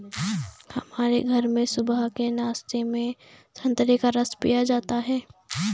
हमारे घर में सुबह के नाश्ते में संतरे का रस पिया जाता है